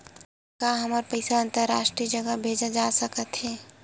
का हमर पईसा अंतरराष्ट्रीय जगह भेजा सकत हे?